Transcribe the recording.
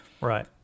right